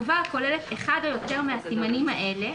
תגובה הכוללת אחד או יותר מהסימנים האלה,